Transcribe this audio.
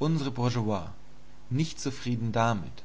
unsre bourgeois nicht zufrieden damit